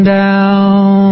down